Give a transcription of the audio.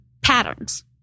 patterns